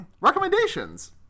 recommendations